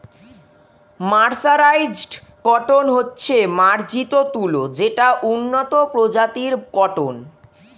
mercerised cotton হচ্ছে মার্জিত তুলো যেটা উন্নত প্রজাতির কটন